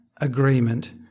agreement